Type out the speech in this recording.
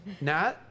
Nat